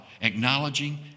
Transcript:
acknowledging